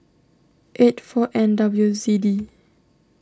eight four N W Z D